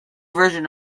version